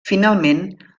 finalment